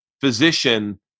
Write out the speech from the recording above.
physician